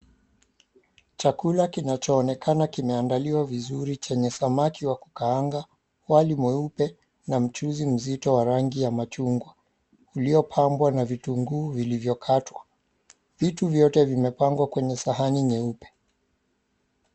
Chakula kinachoonekana kimeandaliwa vizuri chenye samaki wa kukaanga, wali mweupe na mchuzi mzito wa rangi ya machungwa uliopambwa na vitunguu vilivyokatwa. Vitu vyote vimepangwa kwenye sahani nyeupe.